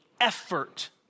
effort